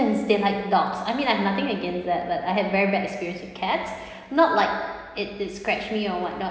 they like dogs I mean I've nothing against that but I had very bad experience with cats not like it it scratch me or what not